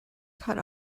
cut